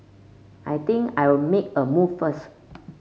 I think I'll make a move first